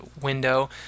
window